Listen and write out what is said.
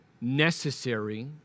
necessary